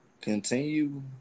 continue